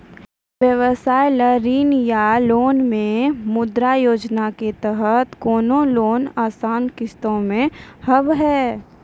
व्यवसाय ला ऋण या लोन मे मुद्रा योजना के तहत कोनो लोन आसान किस्त मे हाव हाय?